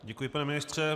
Děkuji, pane ministře.